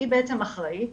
היא אחראית